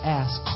ask